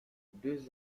deux